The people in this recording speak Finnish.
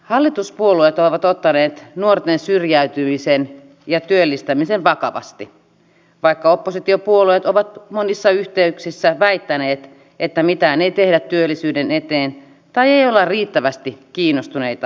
hallituspuolueet ovat ottaneet nuorten syrjäytymisen ja työllistämisen vakavasti vaikka oppositiopuolueet ovat monissa yhteyksissä väittäneet että mitään ei tehdä työllisyyden eteen tai ei ole riittävästi kiinnostuneita